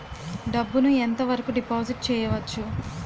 డబ్బు ను ఎంత వరకు డిపాజిట్ చేయవచ్చు?